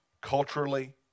culturally